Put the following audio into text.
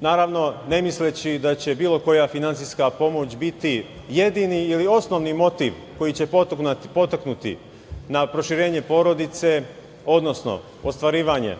naravno ne misleći da će bilo koja finansijska pomoć biti jedini ili osnovni motiv koji će podstaći na proširenje porodice, odnosno ostvarivanje